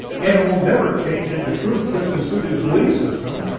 and it will never change into truth just to suit his belief system.